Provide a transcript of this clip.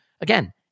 Again